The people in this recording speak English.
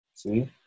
See